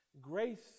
Grace